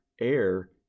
air